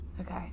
Okay